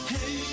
Hey